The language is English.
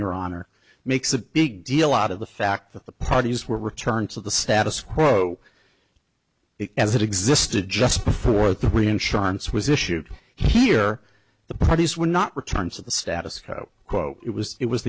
your honor makes a big deal out of the fact that the parties were returned to the status quo as it existed just before three insurance was issued here the parties were not returned to the status quo it was it was